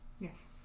Yes